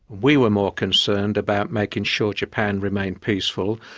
we were more concerned about making sure japan remained peaceful,